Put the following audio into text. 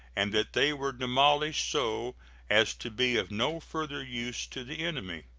and that they were demolished so as to be of no further use to the enemy.